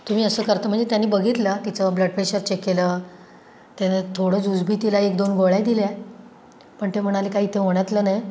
तुम्ही असं करता म्हणजे त्यांनी बघितला तिचं ब्लड प्रेशर चेक केलं त्याला थोडं जुजबी तिला एक दोन गोळ्या दिल्या पण ते म्हणाले काही इथे होण्यातलं नाही